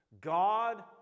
God